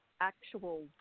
actual